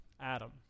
Adam